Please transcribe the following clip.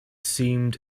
seemed